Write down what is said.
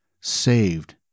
saved